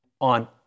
on